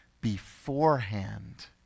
beforehand